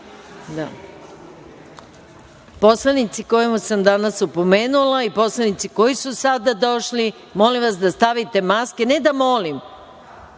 minut. Poslanike koje sam danas opomenula i poslanici koji su sada došli, molim vas da stavite maske. Ne da molim,